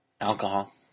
alcohol